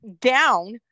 down